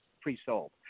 pre-sold